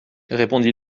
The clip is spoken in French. répondit